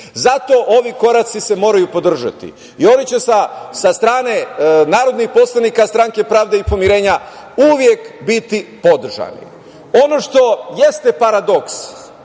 Zato se ovi koraci morati podržati i oni će sa strane narodnih poslanika Stranke pravde i pomirenja, uvek biti podržani. Ono što jeste paradoks,